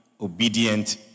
obedient